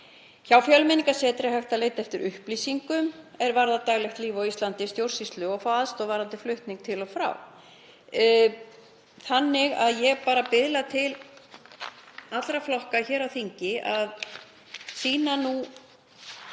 Hjá Fjölmenningarsetri er hægt að leita eftir upplýsingum er varða daglegt líf á Íslandi, stjórnsýslu og fá aðstoð varðandi flutning til og frá landinu. Ég biðla til allra flokka hér á þingi að sýna nú